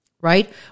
right